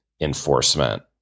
enforcement